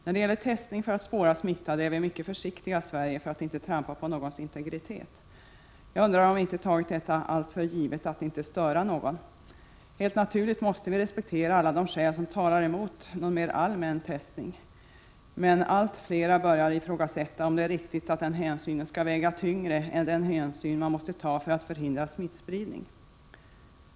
När det gäller testning för att spåra smittade är vi i Sverige mycket försiktiga för att undvika att trampa på någons integritet. Jag undrar om vi inte i alltför hög grad tagit detta att inte störa någon för givet. Helt naturligt måste vi respektera alla de skäl som talar emot en mera allmän testning, men allt flera börjar ifrågasätta om det är riktigt att integritetshänsynen skall väga tyngre än den hänsyn man måste ta för att förhindra smittspridning.